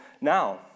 now